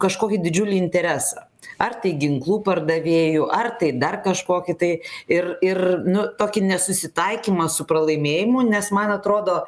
kažkokį didžiulį interesą ar tai ginklų pardavėjų ar tai dar kažkokį tai ir ir nu tokį nesusitaikymą su pralaimėjimu nes man atrodo